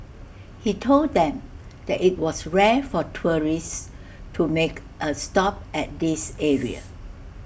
he told them that IT was rare for tourists to make A stop at this area